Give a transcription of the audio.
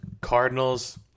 Cardinals